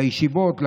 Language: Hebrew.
לישיבות,